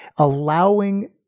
allowing